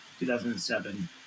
2007